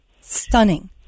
Stunning